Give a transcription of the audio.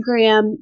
Instagram